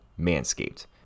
Manscaped